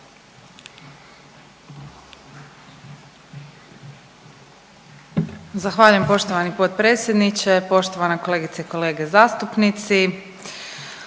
Zahvaljujem poštovani potpredsjedniče, poštovana kolegice i kolege zastupnici.